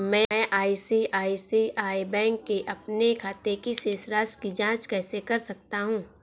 मैं ICICI bank के अपने खाते की शेष राशि की जाँच कैसे कर सकता हूँ?